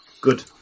Good